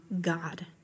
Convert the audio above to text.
God